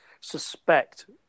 suspect